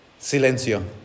silencio